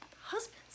husbands